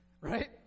Right